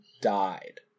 died